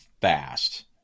fast